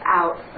out